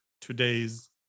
today's